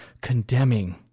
condemning